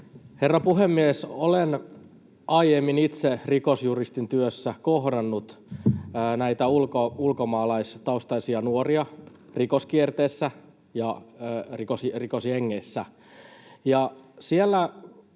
Herra puhemies! Olen aiemmin itse rikosjuristin työssä kohdannut näitä ulkomaalaistaustaisia nuoria rikoskierteessä ja rikosjengeissä.